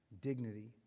dignity